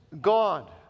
God